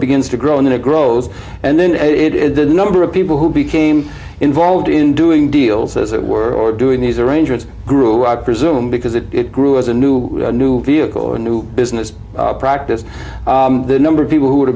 begins to grow in a grows and then it is the number of people who became involved in doing deals as it were or doing these arrangements grew out presume because it grew as a new a new vehicle a new business practice the number of people who